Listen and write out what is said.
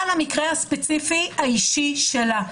על המקרה הספציפי האישי שלה.